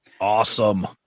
Awesome